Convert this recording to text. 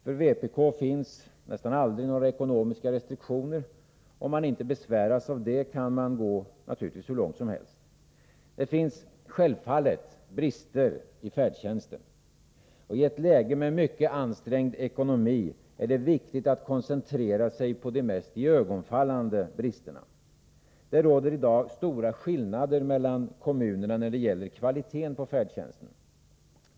För vänsterpartiet kommunisterna finns nästan aldrig några ekonomiska restriktioner. Om man inte besväras av sådana, kan man naturligtvis gå hur långt som helst. Det finns självfallet brister i färdtjänsten. I ett läge med mycket ansträngd ekonomi är det viktigt att koncentrera sig på de mest iögonfallande bristerna. Det råder i dag stora skillnader mellan kommunerna när det gäller kvaliteten på färdtjänsten.